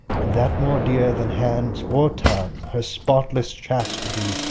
and that more dear than hands or tongue, her spotless chastity,